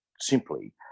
simply